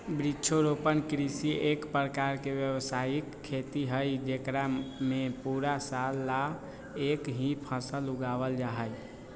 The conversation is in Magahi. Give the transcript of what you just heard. वृक्षारोपण कृषि एक प्रकार के व्यावसायिक खेती हई जेकरा में पूरा साल ला एक ही फसल उगावल जाहई